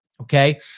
Okay